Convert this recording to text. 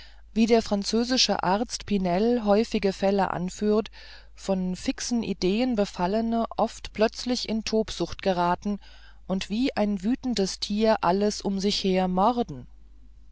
wie der französische arzt pinel häufige fälle anführt von fixen ideen befallene oft plötzlich in tobsucht geraten und wie ein wütendes tier alles um sich her morden